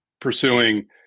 pursuing